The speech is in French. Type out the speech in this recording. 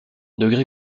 degrés